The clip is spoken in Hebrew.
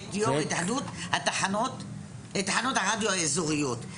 ואת יו"ר ההתאחדות, תחנות הרדיו האזוריות.